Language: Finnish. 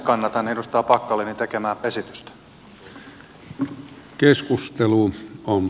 kannatan edustaja packalenin tekemää esitystä